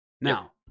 Now